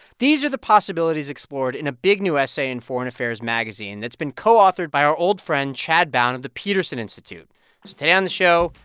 these are the possibilities explored in a big new essay in foreign affairs magazine that's been co-authored by our old friend chad bown at and the peterson institute today on the show,